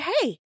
hey